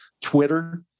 Twitter